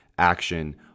action